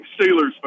Steelers